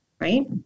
right